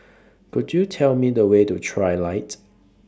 Could YOU Tell Me The Way to Trilight